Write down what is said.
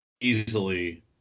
easily